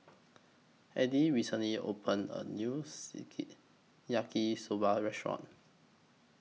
Eddy recently opened A New Yaki Soba Restaurant